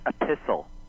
epistle